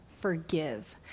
forgive